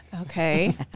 Okay